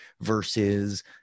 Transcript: versus